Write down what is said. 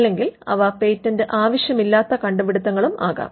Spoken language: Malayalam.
അല്ലെങ്കിൽ അവ പേറ്റന്റ് ആവശ്യമില്ലാത്ത കണ്ടുപിടുത്തങ്ങളാകാം